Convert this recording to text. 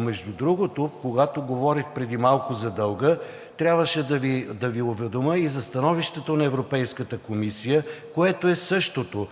Между другото, когато говорих преди малко за дълга, трябваше да Ви уведомя и за становището на Европейската комисия, което е същото